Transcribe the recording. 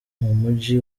muji